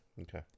Okay